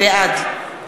בעד